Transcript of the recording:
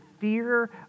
fear